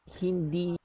hindi